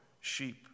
sheep